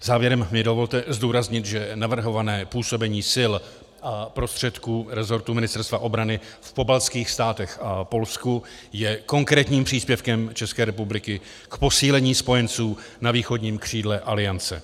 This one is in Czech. Závěrem mi dovolte zdůraznit, že navrhované působení sil a prostředků rezortu Ministerstva obrany v pobaltských státech a Polsku je konkrétním příspěvkem České republiky k posílení spojenců na východním křídle Aliance.